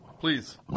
Please